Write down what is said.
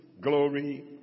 Glory